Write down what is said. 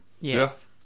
Yes